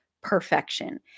perfection